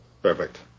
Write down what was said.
perfect